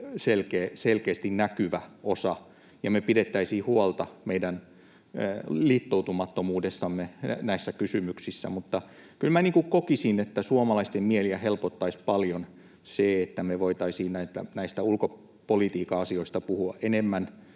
selkeästi näkyvä osa ja pidettäisiin huolta meidän liittoutumattomuudestamme näissä kysymyksissä. Kyllä minä kokisin, että suomalaisten mieliä helpottaisi paljon se, että me voitaisiin näistä ulkopolitiikan asioista puhua enemmän,